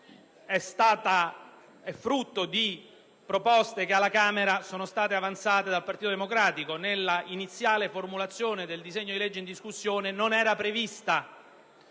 è frutto di proposte che alla Camera sono state avanzate dal Partito Democratico. Nella iniziale formulazione del disegno di legge in discussione non era infatti